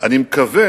אני מקווה